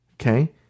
okay